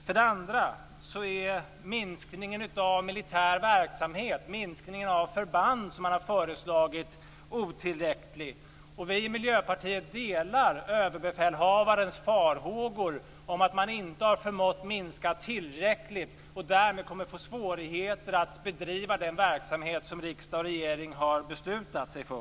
För det andra är minskningen av militär verksamhet, minskningen av förband som man har föreslagit, otillräcklig. Vi i Miljöpartiet delar överbefälhavarens farhågor om att man inte har förmått att minska tillräckligt och att det därmed kommer att bli svårigheter att bedriva den verksamhet som riksdag och regering har beslutat om.